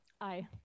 Aye